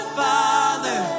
father